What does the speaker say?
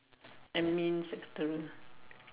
admin secretarial